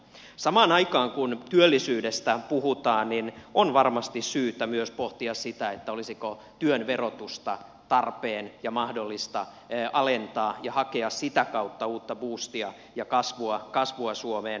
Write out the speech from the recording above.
samaan aikaan kun työllisyydestä puhutaan on varmasti syytä myös pohtia sitä olisiko työn verotusta tarpeen ja mahdollista alentaa ja hakea sitä kautta uutta buustia ja kasvua suomeen